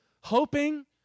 hoping